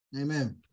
Amen